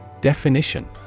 Definition